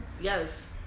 Yes